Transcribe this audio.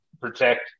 protect –